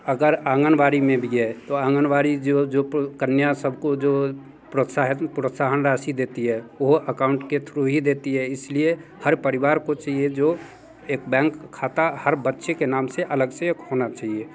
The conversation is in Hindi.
अगर आंगनवाड़ी में भी है तो आंगनवाड़ी जो जो पो कन्या सब को जो प्रोत्साहन प्रोत्साहन राशि देती है वह अकाउंट के थ्रू ही देती है इस लिए हर परिवार को चाहिए जो ए क बैंक खाता हर बच्चे के नाम से अलग से एक होना चाहिए